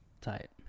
tight